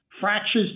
fractures